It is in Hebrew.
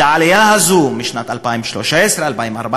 את העלייה הזאת משנת 2013, 2014,